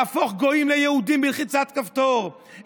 להפוך גויים ליהודים בלחיצת כפתור,